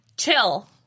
Chill